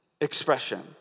expression